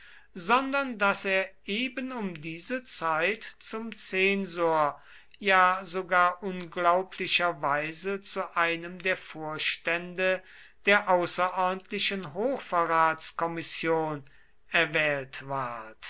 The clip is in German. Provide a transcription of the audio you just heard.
sondern daß er eben um diese zeit zum zensor ja sogar unglaublicherweise zu einem der vorstände der außerordentlichen hochverratskommission erwählt ward